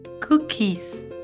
Cookies